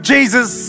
Jesus